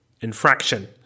Infraction